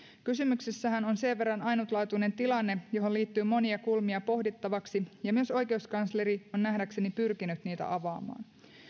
kysymyksessähän on sen verran ainutlaatuinen tilanne johon liittyy monia kulmia pohdittavaksi ja myös oikeuskansleri on nähdäkseni pyrkinyt niitä avaamaan